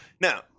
Now